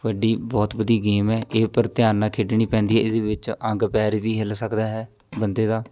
ਕਬੱਡੀ ਬਹੁਤ ਵਧੀਆ ਗੇਮ ਹੈ ਇਹ ਪਰ ਧਿਆਨ ਨਾਲ ਖੇਡਣੀ ਪੈਂਦੀ ਹੈ ਇਹਦੇ ਵਿੱਚ ਅੰਗ ਪੈਰ ਵੀ ਹਿੱਲ ਸਕਦਾ ਹੈ ਬੰਦੇ ਦਾ